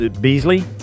Beasley